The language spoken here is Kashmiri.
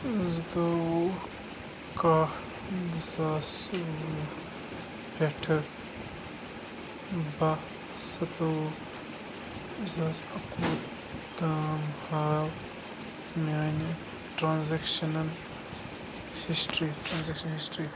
زٕتووُہ کَہہ زٕ ساس وُہ پٮ۪ٹھٕ بَہہ سَتووُہ زٕ ساس اَکہٕ وُہ تام ہاو میانہِ ٹرانزیکشَنَن ہسٹری ٹرانزیکشن ہسٹری